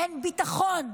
אין ביטחון.